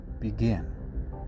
begin